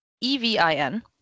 E-V-I-N